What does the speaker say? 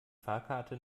fahrkarte